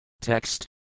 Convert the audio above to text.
Text